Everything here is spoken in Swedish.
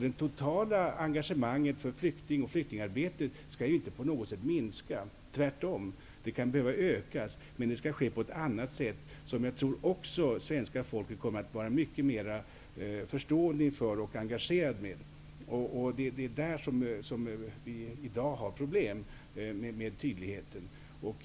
Det totala engagemanget för flyktingarbetet skall inte på något sätt minska, tvärtom. Det kan behöva ökas, men det skall ske på ett annat sätt, som jag tror att svenska folket kommer att vara mycket mera förstående inför och engagerat i. Det är där som vi i dag har problem med tydlighe ten.